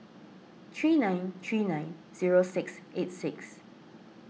three nine three nine zero six eight six